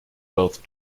both